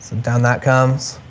down that comes